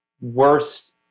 worst